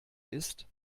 ist